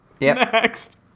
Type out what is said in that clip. Next